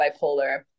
bipolar